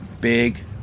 big